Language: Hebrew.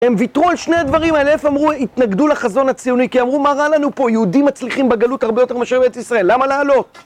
הם ויתרו על שני הדברים האלה, איפה, אמרו, התנגדו לחזון הציוני, כי אמרו, מה רע לנו פה, יהודים מצליחים בגלות הרבה יותר מאשר בארץ ישראל, למה לעלות?